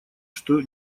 что